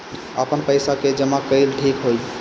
आपन पईसा के जमा कईल ठीक होई?